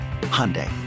Hyundai